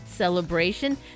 celebration